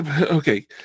Okay